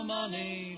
money